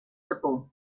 japó